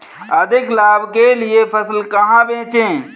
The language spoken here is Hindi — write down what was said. अधिक लाभ के लिए फसल कहाँ बेचें?